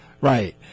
right